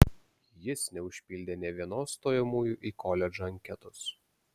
jis neužpildė nė vienos stojamųjų į koledžą anketos